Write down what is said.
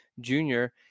junior